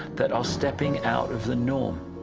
that are stepping out of the norm.